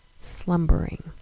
slumbering